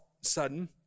sudden